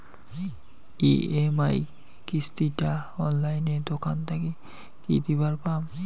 EMI কিস্তি টা অনলাইনে দোকান থাকি কি দিবার পাম?